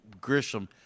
Grisham